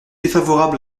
défavorable